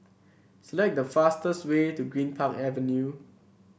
select the fastest way to Greenpark Avenue